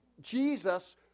Jesus